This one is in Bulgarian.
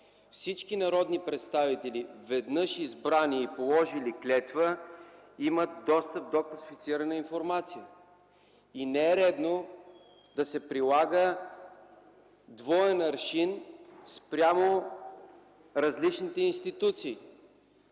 Всички народни представители, веднъж избрани и положили клетва, имат достъп до класифицирана информация. И не е редно да се прилага двоен аршин спрямо различните институции.